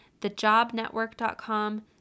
thejobnetwork.com